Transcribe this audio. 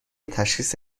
تشخیص